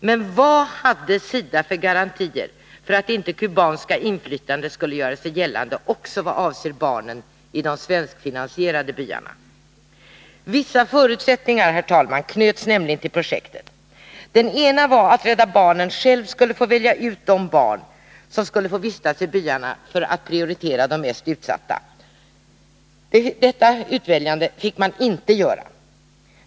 Men vad hade SIDA för garantier att inte det kubanska inflytandet skulle göra sig gällande också i vad avser barnen i de svenskfinansierade byarna? Vissa förutsättningar, herr talman, knöts nämligen till projektet. Den ena var att Rädda barnen, för att prioritera de mest utsatta, särskilt skulle få välja ut de barn som skulle få vistas i byarna. Detta fick inte ske.